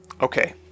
Okay